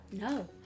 No